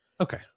Okay